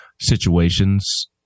situations